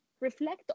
reflect